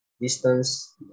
distance